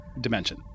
dimension